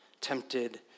tempted